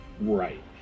Right